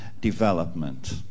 development